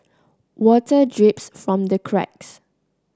water drips from the cracks